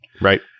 Right